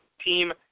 team